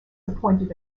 appointed